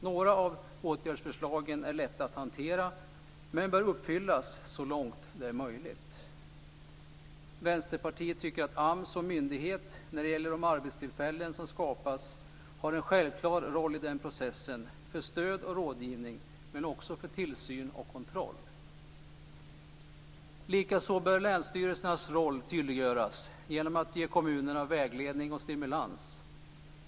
Några av åtgärdsförslagen är inte så lätta att hantera, men bör uppfyllas så långt det är möjligt. Vänsterpartiet tycker att AMS som myndighet när det gäller de arbetstillfällen som skapas har en självklar roll i processen för stöd och rådgivning, men också för tillsyn och kontroll. Likaså bör länsstyrelsernas roll tydliggöras genom att ge kommunerna vägledning och stimulans.